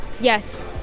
Yes